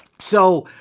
so